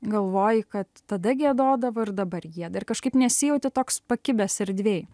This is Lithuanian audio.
galvoji kad tada giedodavo ir dabar gieda ir kažkaip nesijauti toks pakibęs erdvėj